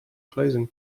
closing